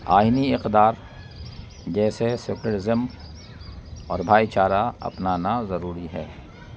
آئینی اقدار جیسے سیکولرزم اور بھائی چارہ اپنانا ضروری ہے